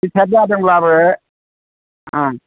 रिथायार्थ जादोंब्लाबो